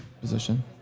position